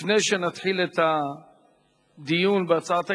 לפני שנתחיל את הדיון בהצעת אי-האמון,